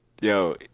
Yo